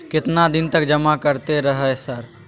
केतना दिन तक जमा करते रहे सर?